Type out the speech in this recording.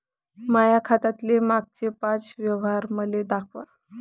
माया खात्यातले मागचे पाच व्यवहार मले दाखवा